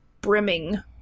brimming